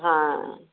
ਹਾਂ